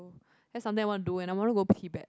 that's something I wanna do and I wanna go Tibet